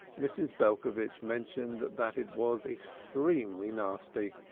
mrs. belcovitch mentioned that it was extremely nasty,